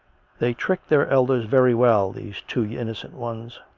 they tricked their elders very well, these two innocent ones.